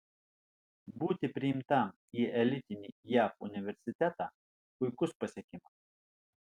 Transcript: būti priimtam į elitinį jav universitetą puikus pasiekimas